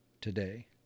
today